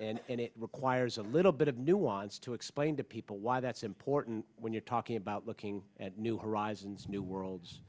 and it requires a little bit of nuance to explain the people why that's important when you're talking about looking at new horizons new worlds